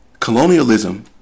Colonialism